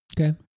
Okay